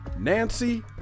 Nancy